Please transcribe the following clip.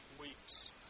weeks